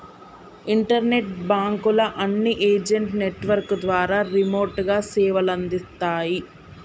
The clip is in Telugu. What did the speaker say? ఇంటర్నెట్ బాంకుల అన్ని ఏజెంట్ నెట్వర్క్ ద్వారా రిమోట్ గా సేవలందిత్తాయి